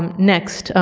um next,